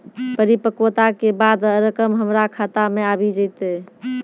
परिपक्वता के बाद रकम हमरा खाता मे आबी जेतै?